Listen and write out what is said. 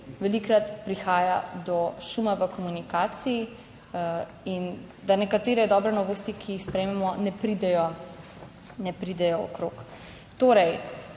velikokrat prihaja do šuma v komunikaciji in da nekatere dobre novosti, ki jih sprejmemo, ne pridejo okrog. Torej,